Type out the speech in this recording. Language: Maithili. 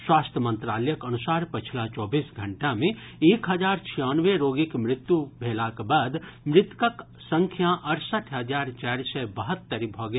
स्वास्थ्य मंत्रालयक अनुसार पछिला चौबीस घंटा मे एक हजार छियानवे रोगीक मृत्यु भेलाक बाद मृतकक संख्या अड़सठि हजार चारि सय बहत्तरि भऽ गेल